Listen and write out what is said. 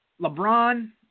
LeBron